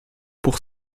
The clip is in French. pour